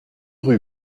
rue